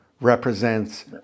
represents